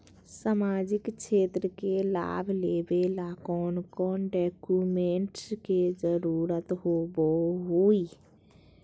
सामाजिक क्षेत्र के लाभ लेबे ला कौन कौन डाक्यूमेंट्स के जरुरत होबो होई?